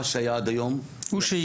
מה שהיה עד היום יימשך.